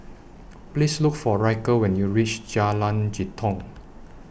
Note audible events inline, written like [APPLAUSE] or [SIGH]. [NOISE] Please Look For Ryker when YOU REACH Jalan Jitong